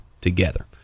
together